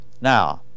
Now